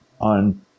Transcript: on